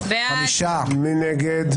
מי נגד?